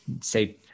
say